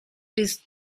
this